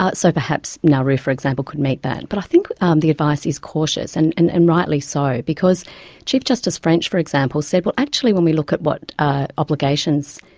so perhaps nauru, for example, could meet that. but i think the advice is cautious, and and and rightly so. because chief justice french, for example, said, well, actually when we look at what obligations